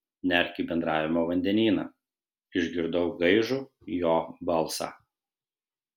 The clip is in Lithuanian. nerk į bendravimo vandenyną išgirdau gaižų jo balsą